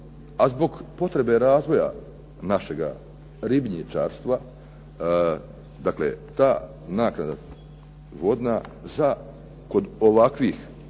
a zbog potrebe razvoja našega ribnjičarstva, dakle ta naknada vodna kod ovakvih